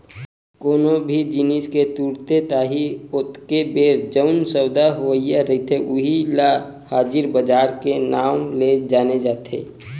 कोनो भी जिनिस के तुरते ताही ओतके बेर जउन सौदा होवइया रहिथे उही ल हाजिर बजार के नांव ले जाने जाथे